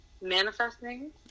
manifesting